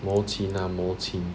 mouqin ah mouqin